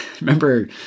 remember